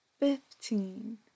Fifteen